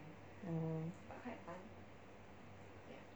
oh